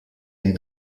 née